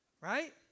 Right